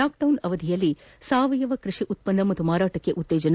lockdown ಅವಧಿಯಲ್ಲಿ ಸಾವಯವ ಕೃಷಿ ಉತ್ಪನ್ನ ಹಾಗೂ ಮಾರಾಟಕ್ಕೆ ಉತ್ತೇಜನ